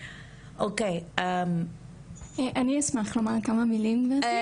אני אשמח לומר כמה מילים, גברתי.